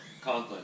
Conklin